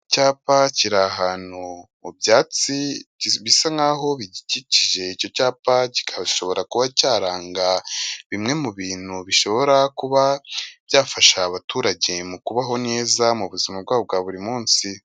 Icyapa kiri ahantu mu byatsi bisa n'aho bikikije, icyo cyapa kikashobora kuba cyaranga bimwe mu bintu bishobora kuba byafasha abaturage mu kubaho neza mu buzima bwabo bwa buri munsi.